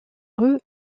rue